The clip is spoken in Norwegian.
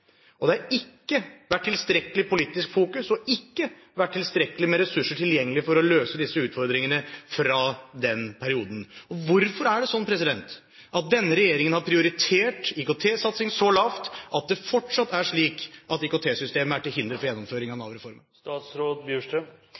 og det har ikke vært tilstrekkelig politisk fokus, og det har ikke vært tilstrekkelige ressurser tilgjengelig for å løse disse utfordringene fra den perioden. Hvorfor er det sånn at denne regjeringen har prioritert IKT-satsing så lavt at det fortsatt er slik at IKT-systemet er til hinder for gjennomføring av